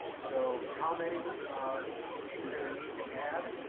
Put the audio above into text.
so how many we're going to need to add?